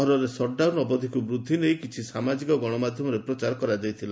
ସହରରେ ସଟଡାଉନ ବୃଦ୍ଧିକୁ ନେଇ କିଛି ସାମାଜିକ ଗଣମାଧ୍ଧମରେ ପ୍ରଚାର କାଯାଇଥିଲା